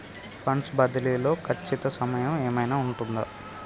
Funds బదిలీ లో ఖచ్చిత సమయం ఏమైనా ఉంటుందా?